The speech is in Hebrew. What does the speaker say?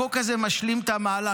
החוק הזה משלים את המהלך.